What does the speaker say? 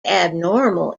abnormal